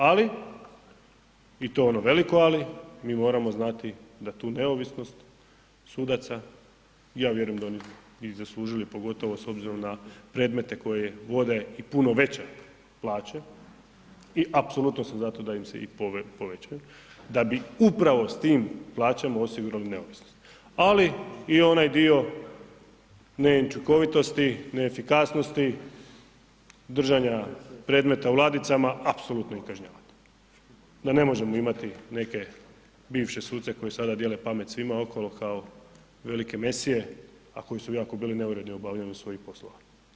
Ali i to ono veliko ali, mi moramo znati da tu neovisnost sudaca ja vjerujem da oni i zaslužili pogotovo s obzirom na predmete koje vode i puno veće plaće i apsolutno sam za to da im se i povećaju, da bi upravo s tim plaćama osigurali neovisnost, ali i onaj dio neučinkovitosti, neefikasnosti držanja predmeta u ladicama apsolutno im kažnjavati, da ne možemo imati neke bivše suce koji sada dijele pamet svima okolo kao velike Mesije, a koji su bili jako neuredni u obavljanju svojih poslova.